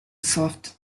soft